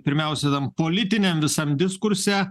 pirmiausia tam politiniam visam diskurse